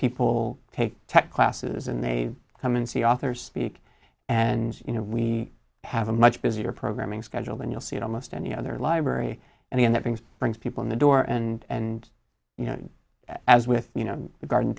people take tech classes and they come and see authors speak and you know we have a much busier programming schedule than you'll see in almost any other library and that brings brings people in the door and you know as with you know the garden